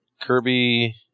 Kirby